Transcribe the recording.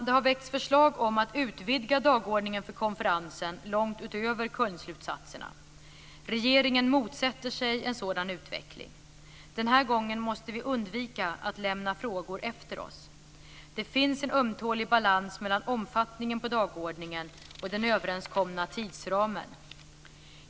Det har väckts förslag om att utvidga dagordningen för konferensen långt utöver Kölnslutsatserna. Regeringen motsätter sig en sådan utveckling. Den här gången måste vi undvika att lämna frågor efter oss. Det finns en ömtålig balans mellan omfattningen på dagordningen och den överenskomna tidsramen.